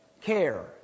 care